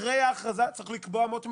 דבר נוסף, שאחרי ההכרזה צריך לקבוע אמות מידה,